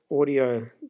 audio